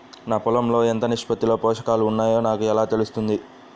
నా పొలం లో ఎంత నిష్పత్తిలో పోషకాలు వున్నాయో నాకు ఎలా తెలుస్తుంది?